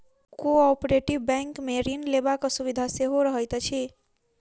cooperative बैंकमे ऋण लेबाक सुविधा सेहो रहैत अछि